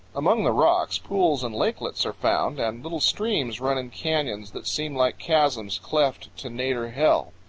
among the rocks pools and lakelets are found, and little streams run in canyons that seem like chasms cleft to nadir hell.